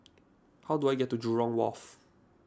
how do I get to Jurong Wharf